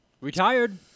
Retired